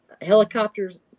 helicopters